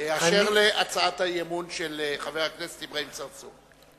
אשר להצעת האי-אמון של חבר הכנסת אברהים צרצור.